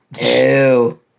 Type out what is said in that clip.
Ew